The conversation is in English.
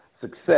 success